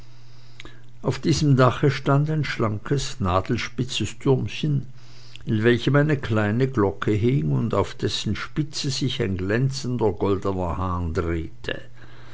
auf diesem dache stand ein schlankes nadelspitzes türmchen in welchem eine kleine glocke hing und auf dessen spitze sich ein glänzender goldener hahn drehte